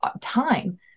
time